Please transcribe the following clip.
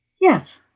Yes